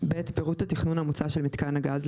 פירוט התכנון המוצע של מיתקן הגז,